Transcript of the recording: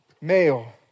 male